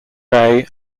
bay